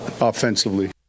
offensively